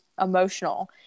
emotional